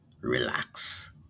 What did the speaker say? relax